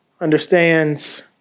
understands